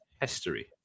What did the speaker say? history